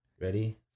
Ready